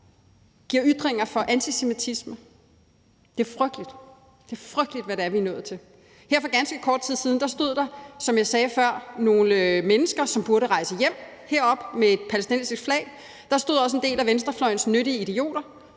giver udtryk for antisemitisme. Det er frygteligt, hvad det er, vi er nået til. Her for ganske kort tid siden stod der oppe på tilhørerpladserne, som jeg sagde før, nogle mennesker, som burde rejse hjem. De stod der med et palæstinensisk flag. Der stod også en del af venstrefløjens nyttige idioter